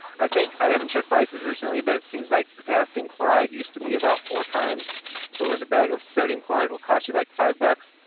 i think i haven't checked prices recently but it seems like potassium chloride used to be about four times so whereas a bag of sodium chloride will cost you like five dollars,